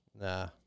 nah